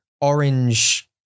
orange